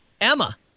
Emma